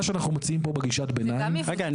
מה שאנחנו מציעים פה בגישת הביניים --- זה גם עיוות.